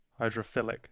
Hydrophilic